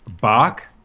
Bach